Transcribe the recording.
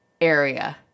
area